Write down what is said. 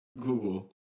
Google